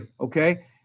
Okay